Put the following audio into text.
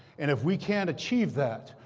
and if we can't achieve that,